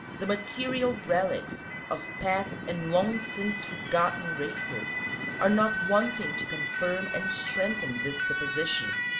the material relics of past and long since forgotten races are not wanting to confirm and strengthen this supposition.